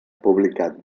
publicat